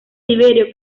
tiberio